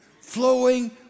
flowing